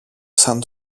σαν